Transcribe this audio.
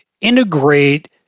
integrate